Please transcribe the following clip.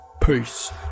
Peace